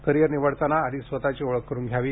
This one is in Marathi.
करिअर निवडताना आधी स्वतची ओळख करून घ्यावी